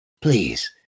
Please